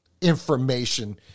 information